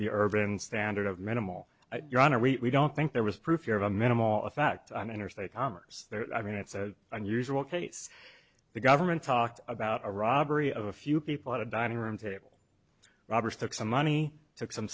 the urban standard of minimal your honor we don't think there was proof you have a minimal effect on interstate commerce i mean it's a unusual case the government talked about a robbery of a few people at a dining room table robbers took some money took some